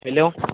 hello